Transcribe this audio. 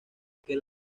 aquel